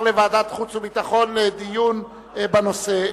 לוועדת החוץ והביטחון לדיון בנושא.